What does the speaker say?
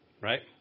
right